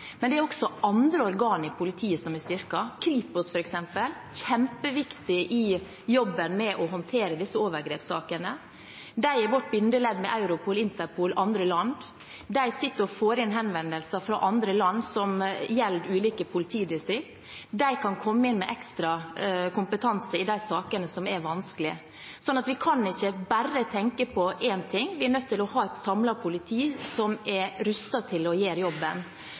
Men det er også andre organ i politiet som er blitt styrket. Kripos f.eks., som er kjempeviktig i jobben med å håndtere disse overgrepssakene, er vårt bindeledd med Europol, Interpol og andre land. De får inn henvendelser fra andre land som gjelder ulike politidistrikt. De kan komme inn med ekstra kompetanse i de sakene som er vanskelige. Vi kan ikke bare tenke på én ting. Vi er nødt til å ha et samlet politi som er rustet til å gjøre jobben.